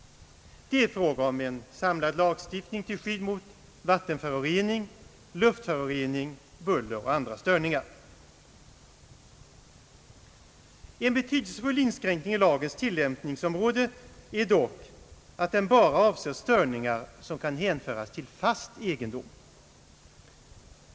Det är fråga om en samlad lagstiftning till skydd mot vattenförorening, luftförorening, buller och andra störningar. En betydelsefull inskränkning i lagens tillämpningsområde är dock att den bara avser störningar som kan hänföras till fast egendom.